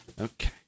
Okay